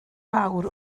fawr